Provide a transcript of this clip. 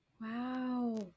Wow